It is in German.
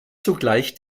zugleich